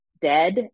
dead